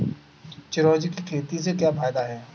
चिरौंजी की खेती के क्या फायदे हैं?